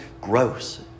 gross